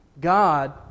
God